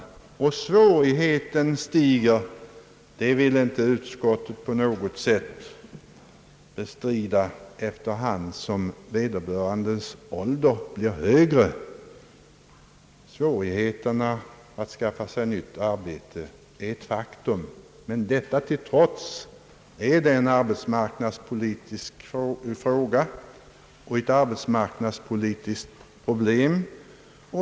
Svårigheten stiger också — det vill utskottet inte på något sätt bestrida — efter hand som vederbörandes ålder lir högre. Svårigheterna att då skaffa sig nytt arbete är ett faktum, men det gäller detta till trots ett arbetsmarknadspolitiskt problem.